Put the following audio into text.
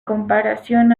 comparación